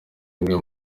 umwe